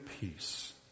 peace